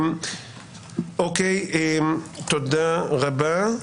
תודה רבה.